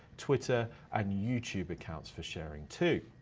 twitter, and youtube accounts for sharing too.